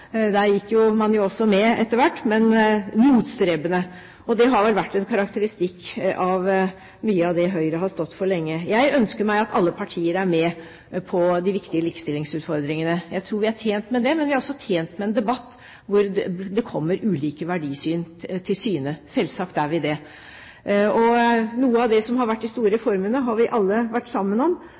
gikk man jo også med etter hvert, men motstrebende. Og det har vel vært en karakteristikk av mye av det Høyre har stått for lenge. Jeg ønsker at alle partier er med på de viktige likestillingsutfordringene. Jeg tror vi er tjent med det, men vi er også tjent med en debatt hvor ulike verdisyn kommer til syne, selvsagt er vi det. Noe av det som har vært de store reformene, har vi alle vært sammen om.